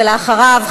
ואחריו,